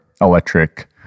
electric